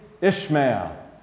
Ishmael